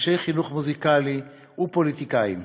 אנשי חינוך מוזיקלי ופוליטיקאים